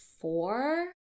four